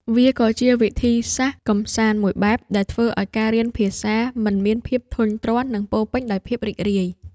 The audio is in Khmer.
វាក៏ជាវិធីសាស្ត្រកម្សាន្តមួយបែបដែលធ្វើឱ្យការរៀនភាសាមិនមានភាពធុញទ្រាន់ និងពោរពេញដោយភាពរីករាយ។